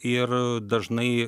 ir dažnai